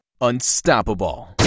unstoppable